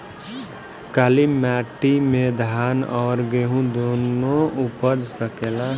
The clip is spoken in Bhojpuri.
काली माटी मे धान और गेंहू दुनो उपज सकेला?